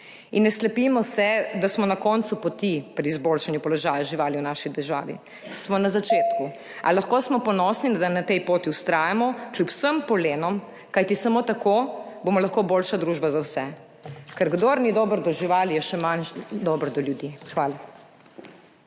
In ne slepimo se, da smo na koncu poti pri izboljšanju položaja živali v naši državi. Smo na začetku, a lahko smo ponosni, da na tej poti vztrajamo kljub vsem polenom, kajti samo tako bomo lahko boljša družba za vse. Ker kdor ni dober do živali, je še manj dober do ljudi. Hvala.